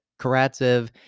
Karatsev